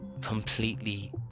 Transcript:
completely